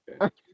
okay